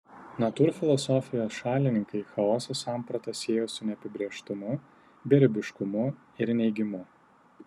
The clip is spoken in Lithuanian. natūrfilosofijos šalininkai chaoso sampratą siejo su neapibrėžtumu beribiškumu ir neigimu